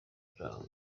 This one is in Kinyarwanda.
ntaho